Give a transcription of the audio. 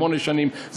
שמונה שנים,